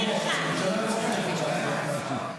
זה התקנון,